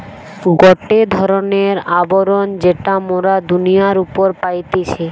গটে ধরণের আবরণ যেটা মোরা দুনিয়ার উপরে পাইতেছি